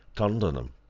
turned on him.